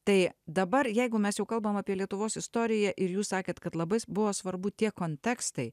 tai dabar jeigu mes jau kalbam apie lietuvos istoriją ir jūs sakėt kad labai buvo svarbu tie kontekstai